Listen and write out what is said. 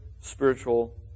spiritual